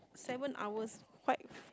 seven hours quite